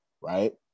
right